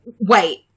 wait